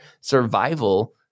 survival